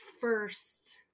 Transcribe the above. first